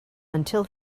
until